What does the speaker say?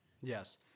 Yes